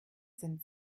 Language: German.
sind